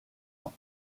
ans